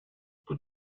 put